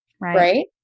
Right